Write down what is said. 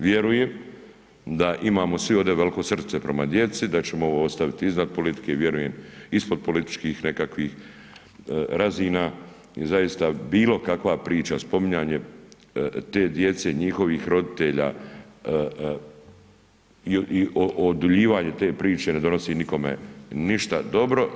Vjerujem da imamo svi ovdje veliko srce prema djeci, da ćemo ovo ostaviti iznad politike i vjerujem, ispod političkih nekakvih razina i zaista bilo kakva priča, spominjanje te djece, njihovih roditelja i oduljivanje te priče ne donosi nikome ništa dobro.